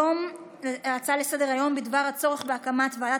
מס' 1110: הצעה לסדר-היום בדבר הצורך בהקמת ועדת